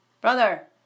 Brother